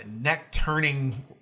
neck-turning